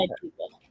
people